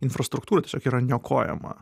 infrastruktūra tiesiog yra niokojama